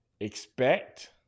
expect